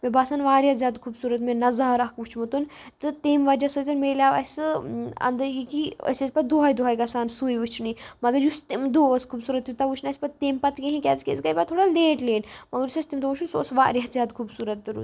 مےٚ باسان واریاہ زیادٕ خوٗبصوٗرت مےٚ نظار اکھ وٕچھمُت تہٕ تیٚمۍ وَجہ سۭتِنۍ مِلیو اَسہِ انٛدٕ یہِ کہِ أسۍ أسۍ پتہٕ دۄہَے دۄہَے گَژھان سُے وٕچھنہِ مگر یُس تیٚمہِ دۄہ اوس خوٗبصوٗرت تیوٗتاہ وُچھنہٕ اَسہِ پتہٕ تمہِ پتہٕ کِہیٖنۍ کیٛازِ کہِ أسۍ گٔے پتہٕ تھوڑا لیٹ لیٹ مگر یُس اَسہِ تمہِ دۄہ سُہ اوس وارِیاہ زیادٕ خوٗبصوٗرت